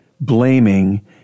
Blaming